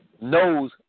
knows